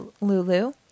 Lulu